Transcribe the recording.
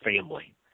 family